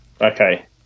Okay